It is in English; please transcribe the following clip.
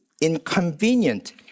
inconvenient